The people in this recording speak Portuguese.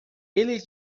ele